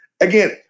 Again